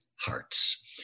Hearts